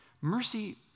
Mercy